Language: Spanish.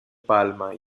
palma